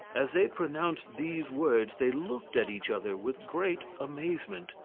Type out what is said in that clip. as they pronounced these words they looked at each other with great amazement,